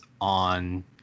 on